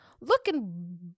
looking